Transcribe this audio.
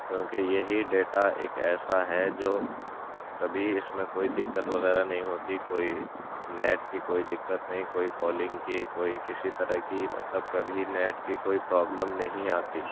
کیونکہ یہی ڈیٹا ایک ایسا ہے جو کبھی اس میں کوئی دِقّت وغیرہ نہیں ہوتی کوئی نیٹ کی کوئی دقت نہیں کوئی کالنگ کی کوئی کسی طرح کی مطلب کبھی نیٹ کی کوئی پرابلم نہیں آتی